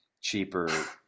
cheaper